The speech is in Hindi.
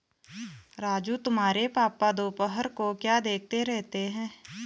राजू तुम्हारे पापा दोपहर को क्या देखते रहते हैं?